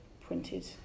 printed